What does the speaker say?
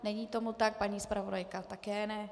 Není tomu tak, paní zpravodajka také ne.